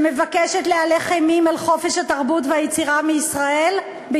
שמבקשת להלך אימים על חופש התרבות והיצירה בישראל,